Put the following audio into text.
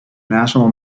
national